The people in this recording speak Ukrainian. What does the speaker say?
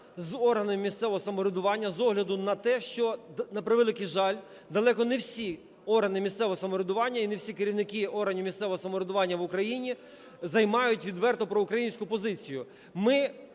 з органами місцевого самоврядування з огляду на те, що, на превеликий жаль, далеко не всі органи місцевого самоврядування і не всі керівники органів місцевого самоврядування в Україні займають відверто проукраїнську позицію.